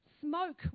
Smoke